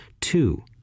two